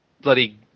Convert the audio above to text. bloody